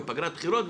ופגרת בחירות,